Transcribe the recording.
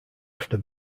after